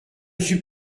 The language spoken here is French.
suis